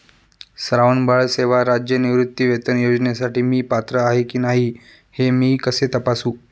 श्रावणबाळ सेवा राज्य निवृत्तीवेतन योजनेसाठी मी पात्र आहे की नाही हे मी कसे तपासू?